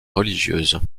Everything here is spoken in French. religieuse